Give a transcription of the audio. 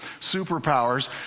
superpowers